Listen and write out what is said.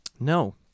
no